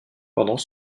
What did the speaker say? pendant